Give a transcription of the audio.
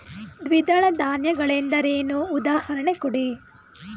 ದ್ವಿದಳ ಧಾನ್ಯ ಗಳೆಂದರೇನು, ಉದಾಹರಣೆ ಕೊಡಿ?